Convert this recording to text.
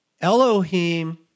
Elohim